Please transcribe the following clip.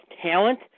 talent